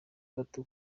gato